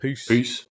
Peace